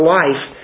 life